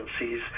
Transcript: agencies